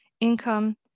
income